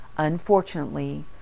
unfortunately